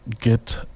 get